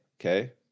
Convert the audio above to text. Okay